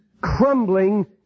crumbling